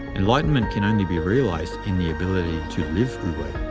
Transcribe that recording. enlightenment can only be realized in the ability to live wu-wei.